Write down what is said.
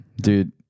Dude